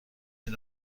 این